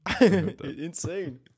insane